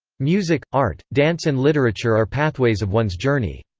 music, art, dance and literature are pathways of one's journey.